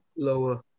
Lower